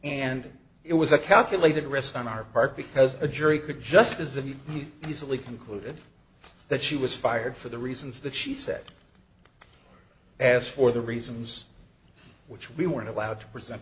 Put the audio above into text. and it was a calculated risk on our part because a jury could just as an easily concluded that she was fired for the reasons that she said as for the reasons which we weren't allowed to